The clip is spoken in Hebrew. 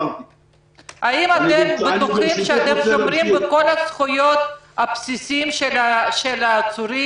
האם אתם בטוחים שאתם שומרים על כל הזכויות הבסיסיות של העצורים?